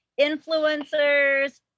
influencers